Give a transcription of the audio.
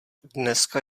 dneska